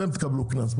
אתם תקבלו קנס,